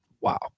Wow